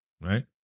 Right